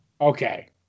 Okay